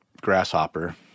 grasshopper